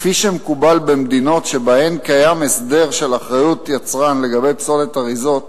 כפי שמקובל במדינות שבהן קיים הסדר של אחריות יצרן לגבי פסולת אריזות,